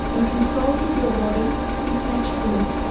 and control of your body is snatched from you.